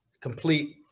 complete